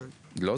לא.